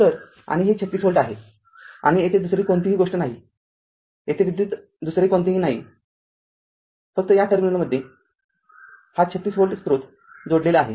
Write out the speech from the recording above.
तरआणि हे ३६ व्होल्ट आहे आणि तेथे दुसरी कोणतीही गोष्ट नाही येथे विद्युत दुसरे कोणतेही नाही फक्त या टर्मिनलमध्ये हा ३६ व्होल्ट स्रोत जोडलेला आहे